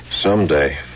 Someday